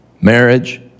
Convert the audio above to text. marriage